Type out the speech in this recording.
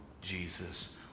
Jesus